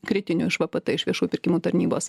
kritinių iš vpt iš viešųjų pirkimų tarnybos